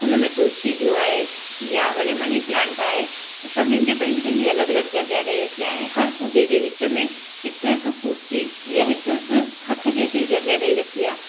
उनमें तुलसी जो आहे या भले मनी प्लांट आहे सभिनी खे पंहिंजी पंहिंजी अलॻि अलॻि जॻह ॾेई रखी आहे ऐं हर पौधे जे विच में हिकु हिकु फूट जी या हिकु हिकु हथु जेतिरी जॻह ॾेई रखी आहे